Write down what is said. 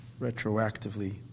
retroactively